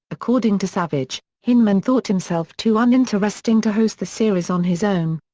according to savage, hyneman thought himself too uninteresting to host the series on his own.